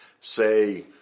say